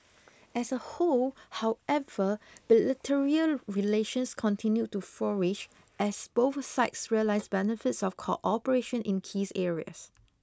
as a whole however bilateral relations continued to flourish as both sides realise benefits of cooperation in keys areas